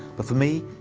but for me,